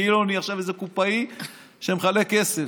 כאילו אני עכשיו איזה קופאי שמחלק כסף.